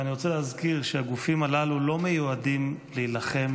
ואני רוצה להזכיר שהגופים הללו לא מיועדים להילחם